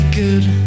good